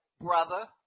brother